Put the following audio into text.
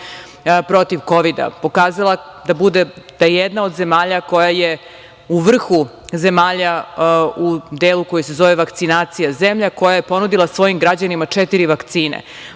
protiv Kovida, pokazala da je jedna od zemalja koja je u vrhu zemalja u delu koji se zove vakcinacija, zemlja koja je ponudila svojim građanima četiri vakcine,